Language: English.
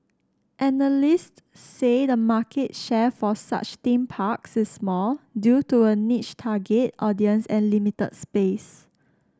analysts say the market share for such theme parks is small due to a niche target audience and limited space